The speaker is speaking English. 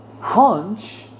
hunch